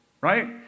right